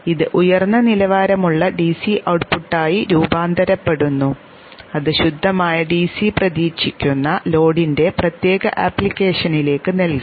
ഇത് ഉയർന്ന നിലവാരമുള്ള ഡിസി ഔട്ട്പുട്ടായി രൂപാന്തരപ്പെടുന്നു അത് ശുദ്ധമായ ഡിസി പ്രതീക്ഷിക്കുന്ന ലോഡിന്റെ പ്രത്യേക ആപ്ലിക്കേഷനിലേക്ക് നൽകാം